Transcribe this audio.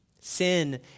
Sin